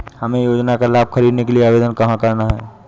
हमें योजना का लाभ ख़रीदने के लिए आवेदन कहाँ करना है?